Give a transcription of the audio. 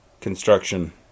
construction